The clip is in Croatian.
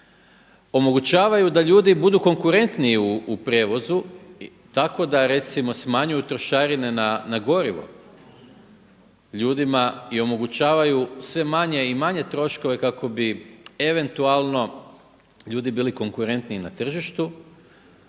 omogućavaju da ljudi budu konkurentniji u prijevozu tako da recimo smanjuju trošarine na gorivo ljudima i omogućavaju sve manje i manje troškove kako bi eventualno ljudi bili konkurentniji na tržištu,